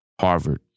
Harvard